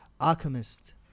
Alchemist